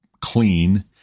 clean